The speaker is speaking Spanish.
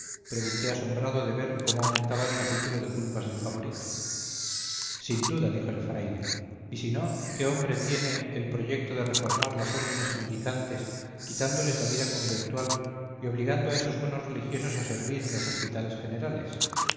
pregunté asombrado de ver cómo aumentaba el capítulo de culpas del favorito sin duda dijo el fraile y si no qué nombre tiene el proyecto de reformar las órdenes mendicantes quitándoles la vida conventual y obligando a esos buenos religiosos a servir en los hospitales generales